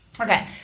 Okay